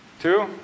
Two